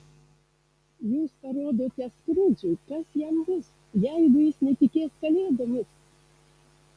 jūs parodote skrudžui kas jam bus jeigu jis netikės kalėdomis